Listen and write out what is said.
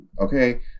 okay